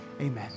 amen